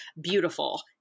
beautiful